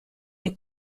est